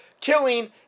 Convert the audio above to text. killing